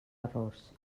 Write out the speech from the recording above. errors